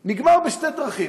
זה נגמר בשתי דרכים,